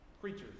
creatures